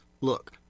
Look